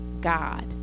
God